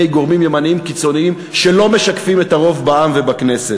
גורמים ימניים קיצוניים שלא משקפים את הרוב בעם ובכנסת.